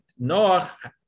Noach